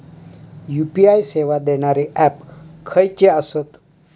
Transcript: UPI सेवा देणारे app खयचे आसत?